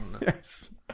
Yes